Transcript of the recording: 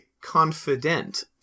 confident